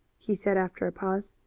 he said after a pause.